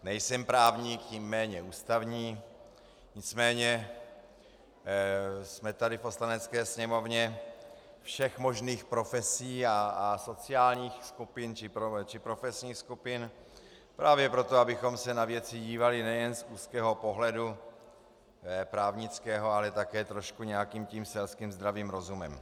Nejsem právník, tím méně ústavní, nicméně jsme tady v Poslanecké sněmovně všech možných profesí a sociálních skupin či profesních skupin právě proto, abychom se na věci dívali nejen z úzkého pohledu právnického, ale také trošku nějakým tím selským zdravým rozumem.